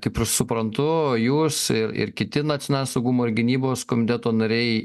kaip ir suprantu jūs ir kiti nacionalinio saugumo ir gynybos komiteto nariai